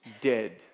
dead